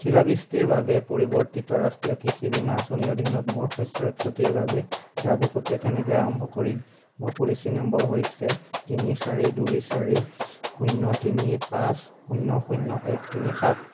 শিলাবৃষ্টিৰ বাবে পৰিৱৰ্তিত ৰাষ্ট্ৰীয় কৃষি বীমা আঁচনিৰ অধীনত মোৰ শস্যৰ ক্ষতিৰ বাবে দাবী প্ৰক্ৰিয়া কেনেকৈ আৰম্ভ কৰিম মোৰ পলিচী নম্বৰ হৈছে তিনি চাৰি দুই চাৰি শূন্য তিনি পাঁচ শূন্য শূন্য এক তিনি সাত